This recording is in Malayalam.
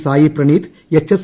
Sai Praneeth H S